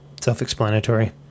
self-explanatory